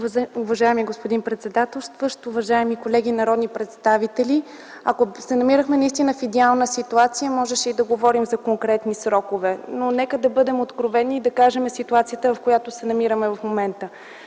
Уважаеми господин председателстващ, уважаеми колеги народни представители! Ако се намирахме наистина в идеална ситуация, можеше и да говорим за конкретни срокове, не нека да бъдем откровени и да кажем ситуацията, в която се намираме в момента